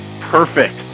perfect